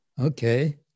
Okay